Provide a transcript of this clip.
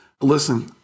Listen